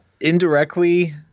indirectly